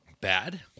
Bad